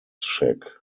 check